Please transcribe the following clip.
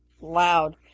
loud